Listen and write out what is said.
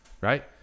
right